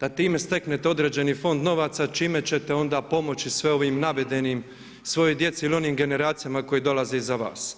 da time steknete određeni fond novaca čime ćete onda pomoći svim ovim navedenim svojoj djeci ili onim generacijama koje dolaze iza vas.